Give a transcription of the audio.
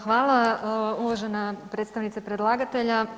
Hvala uvažena predstavnice predlagatelja.